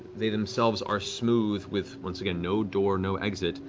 they themselves are smooth with, once again, no door, no exit,